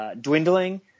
dwindling